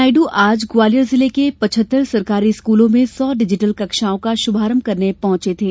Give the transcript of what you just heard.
श्री नायडू आज ग्वालियर जिले के पिचहत्तर सरकारी स्कूलों में सौ डिजिटल कक्षाओं का शुभारंभ करने पहुंचे थे